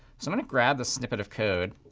so going to grab this snippet of code,